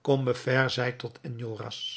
combeferre zeide tot